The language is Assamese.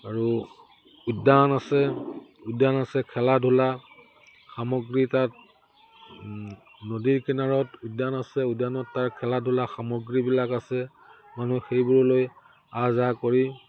আৰু উদ্যান আছে উদ্যান আছে খেলা ধূলা সামগ্ৰী তাত নদীৰ কিনাৰত উদ্যান আছে উদ্যানত তাৰ খেলা ধূলা সামগ্ৰীবিলাক আছে মানুহ সেইবোৰলৈ আহ যাহ কৰি